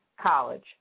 College